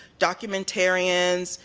documentarians,